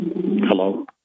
Hello